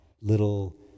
little